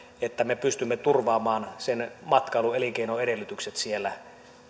että me pystymme turvaamaan matkailuelinkeinon edellytykset siellä